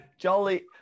jolly